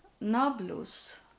Nablus